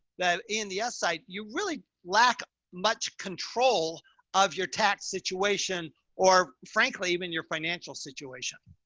that in the us side, you really lack much control of your tax situation or frankly, even your financial situation,